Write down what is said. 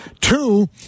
two